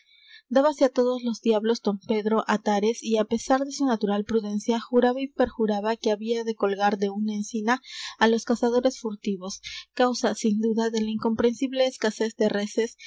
expedición dábase á todos los diablos don pedro atares y á pesar de su natural prudencia juraba y perjuraba que había de colgar de una encina á los cazadores furtivos causa sin duda de la incomprensible escasez de reses